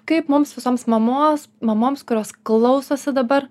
kaip mums visoms mamos mamoms kurios klausosi dabar